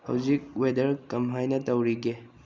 ꯍꯧꯖꯤꯛ ꯋꯦꯗꯔ ꯀꯃꯥꯏꯅ ꯇꯧꯔꯤꯒꯦ